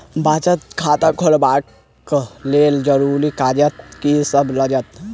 बचत खाता खोलाबै कऽ लेल जरूरी कागजात की सब लगतइ?